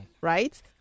Right